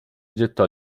gettò